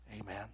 amen